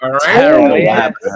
Terrible